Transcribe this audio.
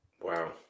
Wow